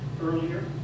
earlier